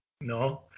No